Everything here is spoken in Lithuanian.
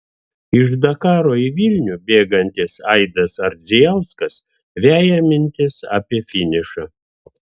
iš dakaro į vilnių bėgantis aidas ardzijauskas veja mintis apie finišą